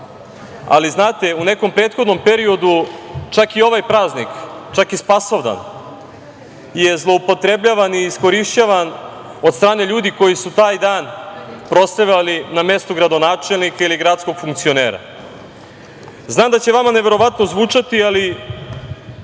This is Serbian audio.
ali znate, u nekom prethodnom periodu, čak i ovaj praznik, čak i Spasovdan, je zloupotrebljavan i iskorišćavan od strane ljudi koji su taj dan proslavljali na mestu gradonačelnika ili gradskog funkcionera. Znam da će vama neverovatno zvučati, ali